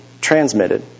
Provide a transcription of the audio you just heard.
transmitted